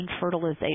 fertilization